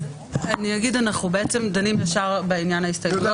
אנחנו דנים ישר בעניין ההסתייגויות,